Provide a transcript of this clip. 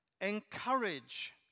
encourage